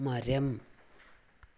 മരം